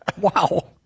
Wow